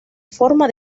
forma